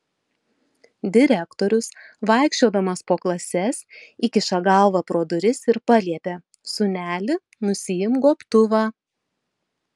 direktorius vaikščiodamas po klases įkiša galvą pro duris ir paliepia sūneli nusiimk gobtuvą